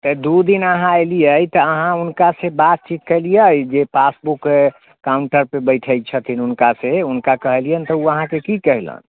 तऽ दू दिन अहाँ अयलियै तऽ अहाँ हुनकासँ बातचीत कयलियै जे पासबुक काउंटरपर बैठे छथिन हुनकासँ हुनका कहलियनि तऽ ओ अहाँके की कहलनि